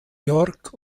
york